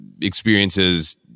experiences